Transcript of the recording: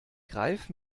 greif